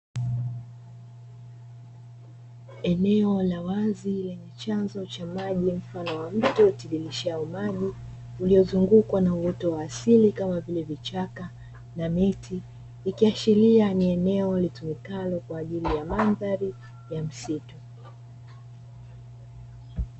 Eneo la wazi lenye chanzo cha maji mfano wa mto utiririshao maji, uliozungukwa na uoto wa asili kama vile vichaka na miti, ikiashiria ni eneo litumikalo kwa ajili ya mandhari ya msitu.